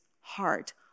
heart